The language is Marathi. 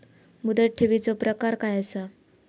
मुदत ठेवीचो प्रकार काय असा?